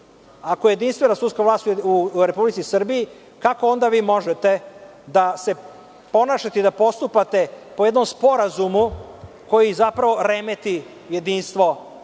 Ako je jedinstvena sudska vlast u Republici Srbiji, kako onda vi možete da se ponašate i da postupate po jednom sporazumu koji zapravo remeti jedinstvo sudske